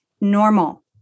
Normal